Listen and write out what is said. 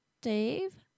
Dave